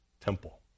temple